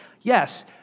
Yes